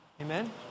Amen